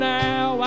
now